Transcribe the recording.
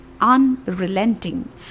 unrelenting